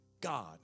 God